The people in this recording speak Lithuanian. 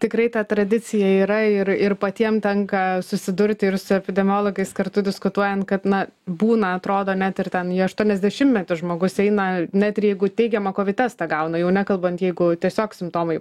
tikrai ta tradicija yra ir ir patiem tenka susidurti ir su epidemiologais kartu diskutuojant kad na būna atrodo net ir ten į aštuoniasdešimtmetį metų žmogus eina net jeigu teigiamą kovid testą gauna jau nekalbant jeigu tiesiog simptomai